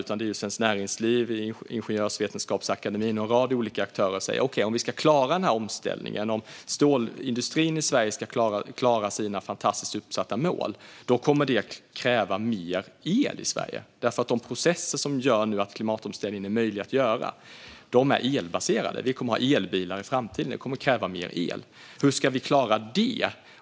Även Svenskt Näringsliv, Ingenjörsvetenskapsakademien och en rad olika aktörer säger att om vi ska klara den här omställningen och om stålindustrin ska klara sina fantastiska uppsatta mål, då kommer det att krävas mer el i Sverige. De processer som nu gör att klimatomställningen är möjlig att göra är nämligen elbaserade. Vi kommer att ha elbilar i framtiden. Det kommer att kräva mer el. Hur ska vi klara det?